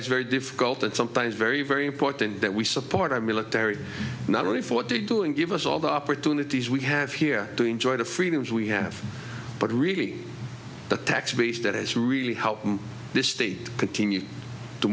it's very difficult and sometimes very very important that we support our military not only for what they do and give us all the opportunities we have here to enjoy the freedoms we have but really the tax base that has really helped this state continue to